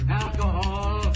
alcohol